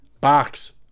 box